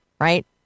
right